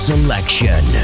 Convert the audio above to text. Selection